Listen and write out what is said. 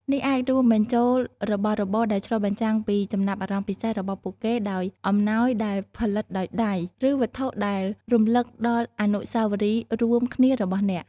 នេះអាចរួមបញ្ចូលរបស់របរដែលឆ្លុះបញ្ចាំងពីចំណាប់អារម្មណ៍ពិសេសរបស់ពួកគេ ដោយអំណោយដែលផលិតដោយដៃ ឬវត្ថុដែលរំលឹកដល់អនុស្សាវរីយ៍រួមគ្នារបស់អ្នក។